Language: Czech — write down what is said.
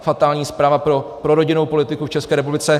Fatální zpráva pro rodinnou politiku v České republice.